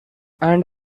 and